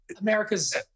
America's